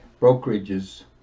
brokerages